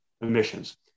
emissions